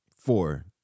four